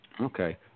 Okay